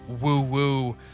woo-woo